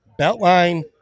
Beltline